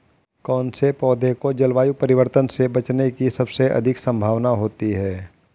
कौन से पौधे को जलवायु परिवर्तन से बचने की सबसे अधिक संभावना होती है?